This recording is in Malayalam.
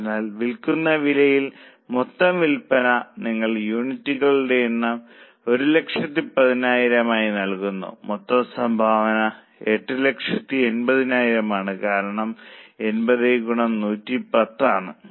അതിനാൽ വിൽക്കുന്ന വിലയിലെ മൊത്തം വിൽപ്പന നിങ്ങൾക്ക് യൂണിറ്റുകളുടെ എണ്ണം 110000 ആയി നൽകുന്നു മൊത്തം സംഭാവന 880000 ആണ് കാരണം 80 ഗുണം 110 ആണ്